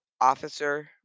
officer